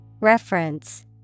Reference